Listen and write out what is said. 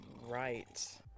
Right